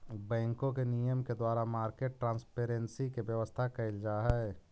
बैंकों के नियम के द्वारा मार्केट ट्रांसपेरेंसी के व्यवस्था कैल जा हइ